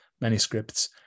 manuscripts